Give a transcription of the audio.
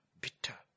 bitter